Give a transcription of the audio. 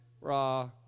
raw